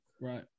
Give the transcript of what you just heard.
Right